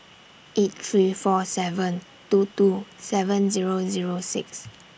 eight three four seven two two seven Zero Zero six